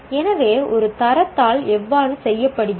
எனவே ஒரு தர தாள் எவ்வாறு செய்யப்படுகிறது